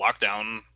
lockdown